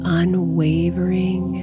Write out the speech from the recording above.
unwavering